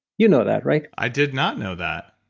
you know that, right? i did not know that.